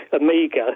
Amiga